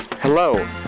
Hello